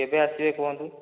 କେବେ ଆସିବେ କୁହନ୍ତୁ